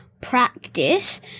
practice